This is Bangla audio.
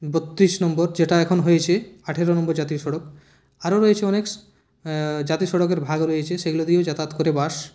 বত্রিশ নম্বর যেটা এখন হয়েছে আঠেরো নম্বর জাতীয় সড়ক আরও রয়েছে অনেক জাতীয় সড়কের ভাগ রয়েছে সেগুলো দিয়েও যাতায়াত করে বাস